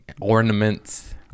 Ornaments